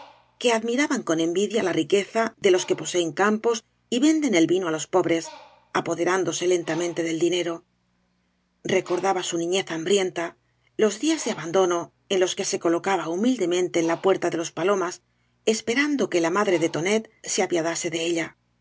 que admiraban con envidia la riqueza de los que poseen campos y venden el vino á los pobres apoderándose lentamente del dinero recordaba su niñez hambrienta los días de abandono en los que se colocaba humildemente en la puerta de los palomas esperando que la madre de tonet se apiadase de ella los